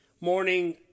morning